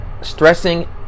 stressing